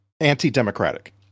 anti-democratic